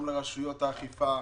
גם לרשויות האכיפה,